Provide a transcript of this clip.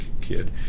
kid